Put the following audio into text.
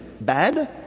bad